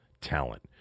talent